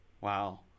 Wow